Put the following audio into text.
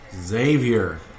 Xavier